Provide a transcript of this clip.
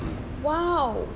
!wow!